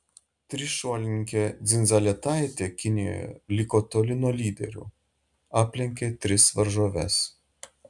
trišuolininkė dzindzaletaitė kinijoje liko toli nuo lyderių aplenkė tris varžoves